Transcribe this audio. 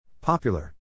Popular